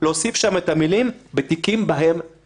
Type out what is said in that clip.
שני האלמנטים האלה,